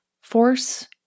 force